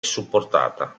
supportata